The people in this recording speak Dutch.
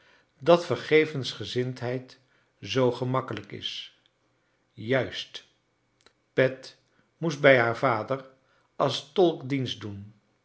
dat vergevensgezindheid zoo gemakkelijk is juist pet moest bij haar vader als tolk dienst doen